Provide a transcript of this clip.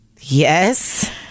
Yes